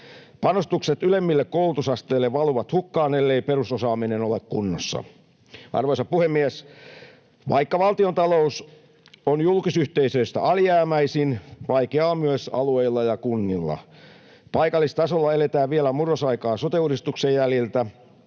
Panostukset ylemmille koulutusasteille valuvat hukkaan, ellei perusosaaminen ovat kunnossa. Arvoisa puhemies! Vaikka valtiontalous on julkisyhteisöistä alijäämäisin, vaikeaa on myös alueilla ja kunnilla. Paikallistasolla eletään vielä murrosaikaa sote-uudistuksen jäljiltä,